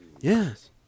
Yes